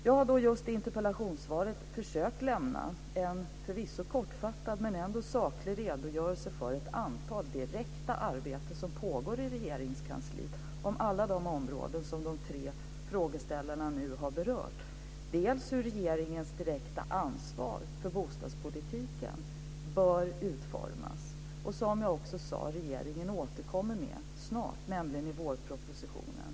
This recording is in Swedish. Jag har i interpellationssvaret försökt lämna en förvisso kortfattad men ändå saklig redogörelse för ett antal direkta arbeten som pågår i Regeringskansliet på alla de områden som de tre frågeställarna har berört. Jag har berört hur regeringens direkta ansvar för bostadspolitiken bör utformas. I den frågan återkommer regeringen i vårpropositionen.